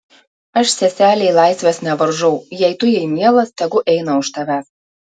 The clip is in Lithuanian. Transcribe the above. aš seselei laisvės nevaržau jei tu jai mielas tegu eina už tavęs